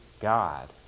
God